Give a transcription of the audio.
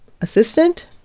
assistant